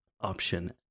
option